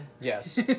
Yes